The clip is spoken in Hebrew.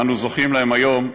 ואנו זוכים להם היום,